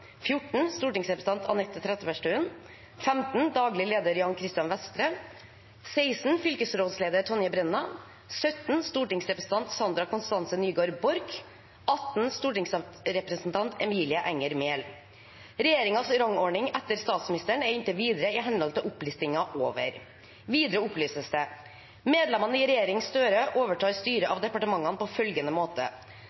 Stortingsrepresentant Anette Trettebergstuen Daglig leder Jan Christian Vestre Fylkesrådsleder Tonje Brenna Stortingsrepresentant Sandra Konstance Nygård Borch Stortingsrepresentant Emilie Enger Mehl Regjeringens rangordning etter statsministeren er inntil videre i henhold til opplistingen over.» Videre opplyses det: «Medlemmene i regjeringen Støre overtar styret